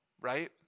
right